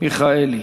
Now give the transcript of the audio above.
מיכאלי